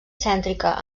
cèntrica